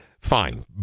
fine